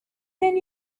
can